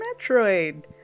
Metroid